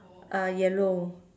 uh yellow